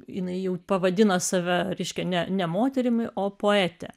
jinai jau pavadino save ryškia ne ne moterimi o poete